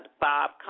Bob